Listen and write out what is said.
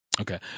Okay